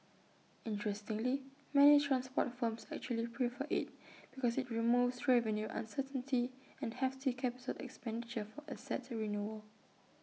interestingly many transport firms actually prefer IT because IT removes revenue uncertainty and hefty capital expenditure for asset renewal